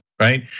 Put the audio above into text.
right